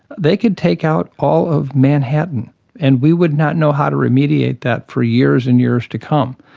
they could take out all of manhattan and we would not know how to remediate that for years and years to come.